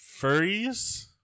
furries